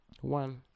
One